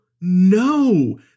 no